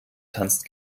tanzt